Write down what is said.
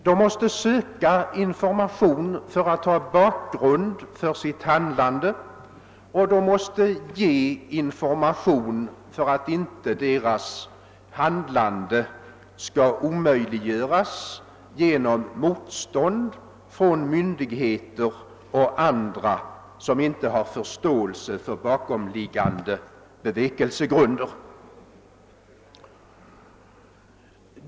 De måste söka information för att ha en bakgrund för sitt handlande och de måste ge information för att inte deras handlande skall omöjliggöras genom motstånd från myndigheter och andra som inte har förståelse för bakomliggande bevekelsegrunder.